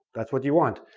that's what you want,